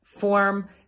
Form